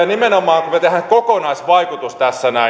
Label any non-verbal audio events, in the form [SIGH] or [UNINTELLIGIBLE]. [UNINTELLIGIBLE] nimenomaan kokonaisvaikutuksen